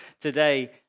today